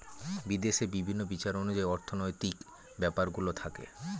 বিদেশে বিভিন্ন বিচার অনুযায়ী অর্থনৈতিক ব্যাপারগুলো থাকে